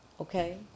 Okay